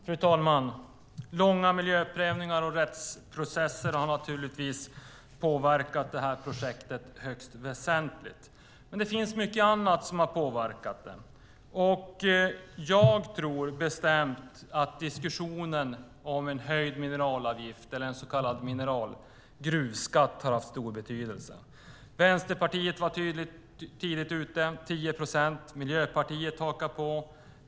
Fru talman! Långa miljöprövningar och rättsprocesser har naturligtvis påverkat det här projektet högst väsentligt. Men det finns mycket annat som har påverkat det. Jag tror bestämt att diskussionen om en höjd mineralavgift, eller en så kallad gruvskatt, har haft stor betydelse. Vänsterpartiet var tidigt ute med 10 procent, och Miljöpartiet hakade på.